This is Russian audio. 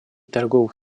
торговых